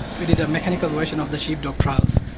we did a mechanical version of the sheepdog trials.